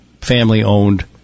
family-owned